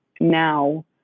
now